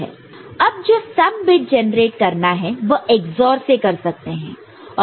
अब जो sum bit generate करना है वह XOR से कर सकते हैं